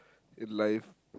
in life